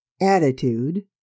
attitude